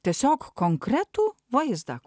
tiesiog konkretų vaizdą